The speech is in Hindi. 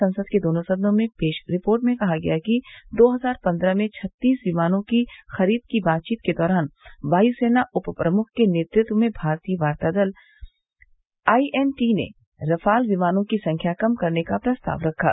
संसद के दोनों सदनों में पेश रिपोर्ट में कहा गया है कि दो हजार पन्द्रह में छत्तीस विमानों की खरीद की बातचीत के दौरान बायुसेना उप प्रमुख के नेतृत्व में भारतीय वार्ता दल आई एन टी ने रफाल विमानों की संख्या कम करने का प्रस्ताव रखा